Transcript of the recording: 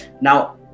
now